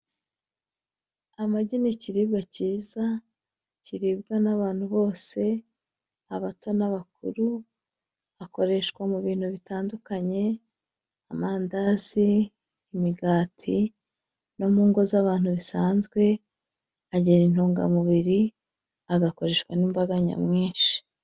Amagi ni ikiribwa kiza kiribwa n'abantu bose abato n'abakuru akoresha mu bintu bitandukanye amandazi imigati no mu ngo z'abantu bisanzwe agira intungamubiri agakoreshwa n'imbaga nyamwinshi.